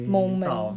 moment